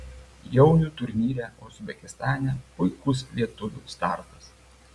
jaunių turnyre uzbekistane puikus lietuvių startas